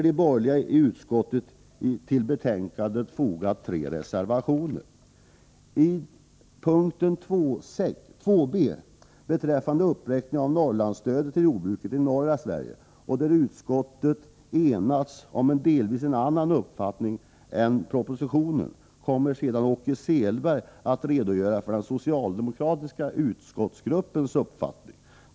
De borgerliga i utskottet har fogat tre reservationer till betänkandet. När det gäller punkt 2 b i hemställan beträffande uppräkningen av stödet till jordbruket i norra Sverige, där utskottet delvis har en annan uppfattning än regeringen, kommer Åke Selberg att redogöra för den socialdemokratiska utskottsgruppens uppfattning.